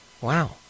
wow